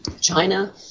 China